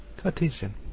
cartesian,